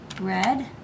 red